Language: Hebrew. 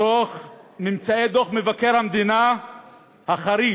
ממצאי דוח מבקר המדינה החריף